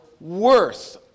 worth